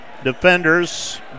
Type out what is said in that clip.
defenders